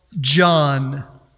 John